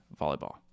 Volleyball